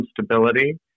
stability